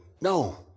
No